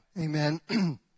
Amen